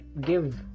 give